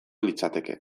litzateke